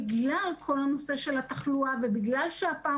בגלל כל הנושא של התחלואה ובגלל שהפעם